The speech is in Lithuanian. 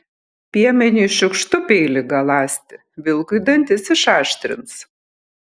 piemeniui šiukštu peilį galąsti vilkui dantis išaštrins